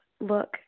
look